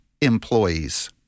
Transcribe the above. employees